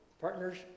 partners